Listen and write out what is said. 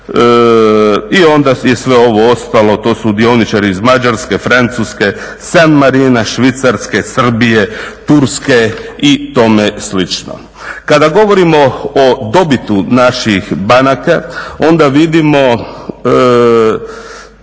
i onda je sve ovo ostalo to su dioničari iz Mađarske, Francuske, San Marina, Švicarske, Srbije, Turske i tome slično. Kada govorimo o dobiti naših banaka onda vidimo